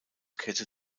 kette